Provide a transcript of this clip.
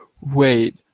Wait